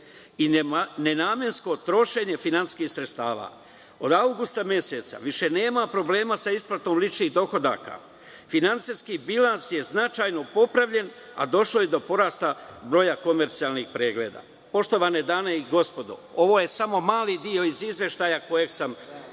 i nenamensko trošenje finansijskih sredstava. Od avgusta meseca više nema problema sa isplatom ličnih dohodaka. Finansijski bilans je značajno popravljen, a došlo je do porasta broja komercijalnih pregleda. Poštovane dame i gospodo, ovo je samo mali dio iz izveštaja koji sam